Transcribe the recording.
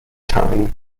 time